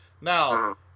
Now